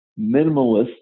minimalist